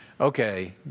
Okay